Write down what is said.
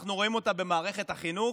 אנחנו רואים אותה במערכת החינוך,